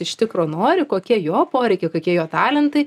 iš tikro nori kokie jo poreikiai kokie jo talentai